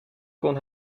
kon